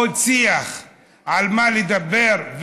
עוד שיח על מה לדבר,